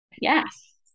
yes